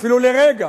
אפילו לרגע